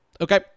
okay